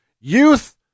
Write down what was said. youth